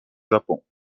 japon